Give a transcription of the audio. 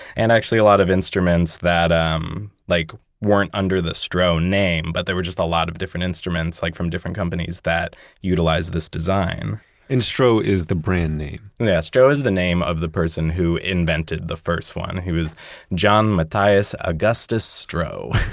and actually a lot of instruments that um like weren't under the stroh name, but there were just a lot of different instruments like from different companies that utilize this design and stroh is the brand name? yeah, the stroh is the name of the person who invented the first one. he was john matthias augustus stroh